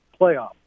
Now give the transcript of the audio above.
playoff